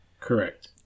Correct